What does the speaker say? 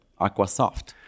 Aquasoft